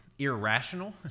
irrational